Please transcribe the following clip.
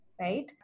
Right